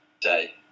Day